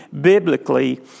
biblically